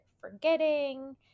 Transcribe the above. forgetting